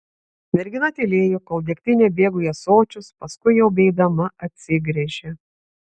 mergina tylėjo kol degtinė bėgo į ąsočius paskui jau beeidama atsigręžė